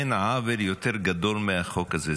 שאין עוול יותר גדול מהחוק הזה.